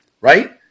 right